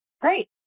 Great